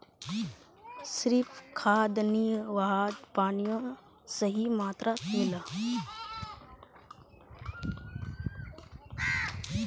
सिर्फ खाद नी वहात पानियों सही मात्रात मिला